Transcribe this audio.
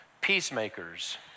Peacemakers